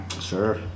Sure